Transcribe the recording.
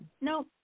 no